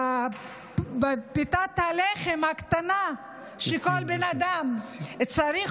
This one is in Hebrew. בפיתת הלחם הקטנה שכל בן אדם צריך,